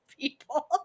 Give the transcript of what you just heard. people